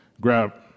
grab